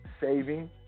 saving